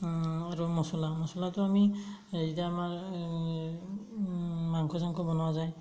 আৰু মচলা মচলাটো আমি যেতিয়া আমাৰ মাংস চাংস বনোৱা যায়